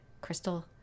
crystal